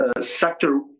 sector